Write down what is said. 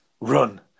run